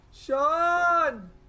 Sean